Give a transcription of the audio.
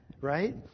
right